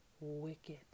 wicked